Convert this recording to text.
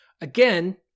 Again